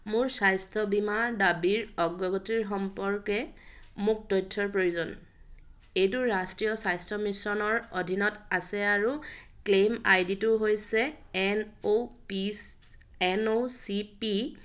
মোৰ স্বাস্থ্য বীমা দাবীৰ অগ্ৰগতিৰ সম্পৰ্কে মোক তথ্যৰ প্ৰয়োজন এইটো ৰাষ্ট্ৰীয় স্বাস্থ্য মিছনৰ অধীনত আছে আৰু ক্লেইম আইডিটো হৈছে N O P N O C P